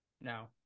No